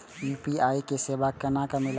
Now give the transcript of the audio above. UPI के सेवा केना मिलत?